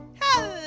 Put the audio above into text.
Hello